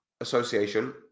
Association